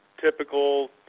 typical